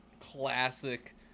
Classic